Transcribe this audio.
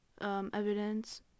evidence